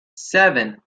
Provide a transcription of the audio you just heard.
seven